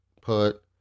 put